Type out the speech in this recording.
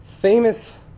famous